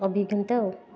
ଅଭିଜ୍ଞତା ଆଉ